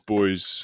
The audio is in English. Boys